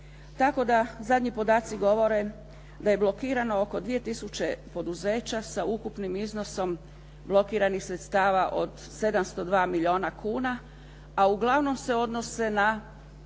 tako da zadnji podaci govore da je blokirano oko 2 tisuće poduzeća sa ukupnim iznosom blokiranih sredstava od 702 milijuna kuna a uglavnom se odnose na